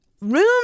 room